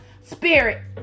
spirit